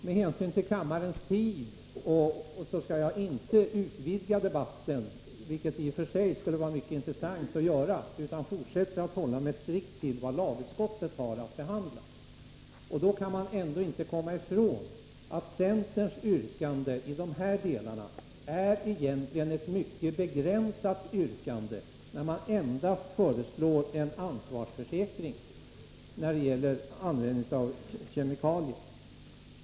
Med hänsyn till kammarens tid skall jag emellertid inte utvidga debatten, vilket i och för sig kunde vara intressant, utan fortsätter att hålla mig strikt till vad lagutskottet har att behandla. Då kan man inte komma ifrån att centerns yrkande i de här delarna egentligen är ett mycket begränsat yrkande, som endast innebär förslag om ansvarsförsäkring beträffande användning av kemikalier.